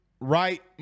right